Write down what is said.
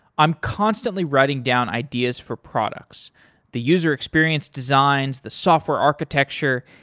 i'm constantly writing down ideas for products the user experience designs, the software architecture,